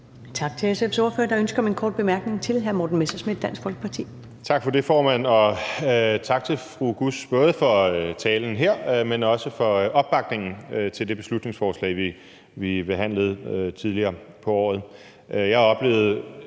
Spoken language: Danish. Tak til SF's ordfører. Der er ønske om en kort bemærkning fra hr. Morten Messerschmidt, Dansk Folkeparti. Kl. 13:53 Morten Messerschmidt (DF): Tak for det, formand, og tak til fru Halime Oguz, både for talen her, men også for opbakningen til det beslutningsforslag, vi behandlede tidligere på året.